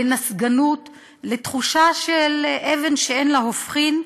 לנסגנות, לתחושה של אבן שאין לה הופכין.